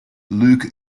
luke